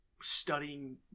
Studying